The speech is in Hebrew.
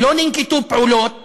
לא ננקטו פעולות